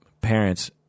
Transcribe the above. parents